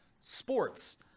sports